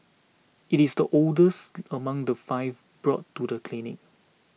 it is the oldest among the five brought to the clinic